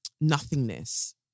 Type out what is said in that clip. nothingness